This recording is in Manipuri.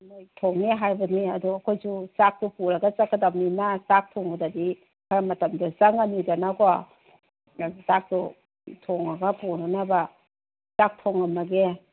ꯃꯣꯏ ꯊꯣꯡꯅꯦ ꯍꯥꯏꯕꯅꯦ ꯑꯗꯣ ꯑꯩꯈꯣꯏꯁꯨ ꯆꯥꯛꯇꯣ ꯄꯨꯔꯒ ꯆꯠꯀꯗꯕꯅꯤꯅ ꯆꯥꯛ ꯊꯣꯡꯕꯗꯗꯤ ꯈꯔ ꯃꯇꯝꯗꯣ ꯆꯪꯉꯅꯤꯗꯅꯀꯣ ꯆꯥꯛꯇꯣ ꯊꯣꯡꯉꯒ ꯄꯨꯅꯅꯕ ꯆꯥꯛ ꯊꯣꯡꯉꯝꯃꯒꯦ